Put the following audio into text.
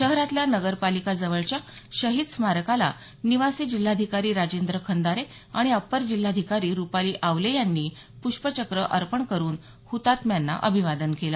शहरातल्या नगरपालिका जवळच्या शहिद स्मारकाला निवासी जिल्हाधिकारी राजेंद्र खंदारे आणि अप्पर जिल्हाधिकारी रुपाली आवले यांनी पुष्पचक्र अर्पण करुन हुतात्म्यांना अभिवादन केलं